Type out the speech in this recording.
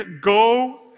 Go